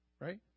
Right